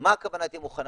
מה הכוונה היא תהיה מוכנה?